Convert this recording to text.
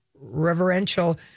reverential